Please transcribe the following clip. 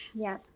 yeah.